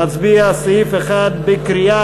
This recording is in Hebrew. נצביע על סעיף 1 בקריאה,